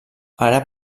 ara